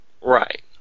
right